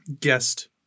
guest